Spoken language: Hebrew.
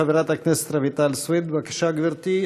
חברת הכנסת רויטל סויד, בבקשה, גברתי.